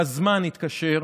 בזמן התקשר,